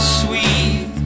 sweet